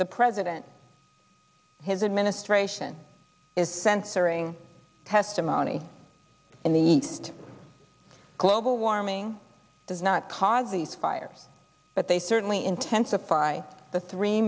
the president his administration is censoring testimony in the east global warming does not cause these fires but they certainly intensify the three